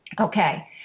Okay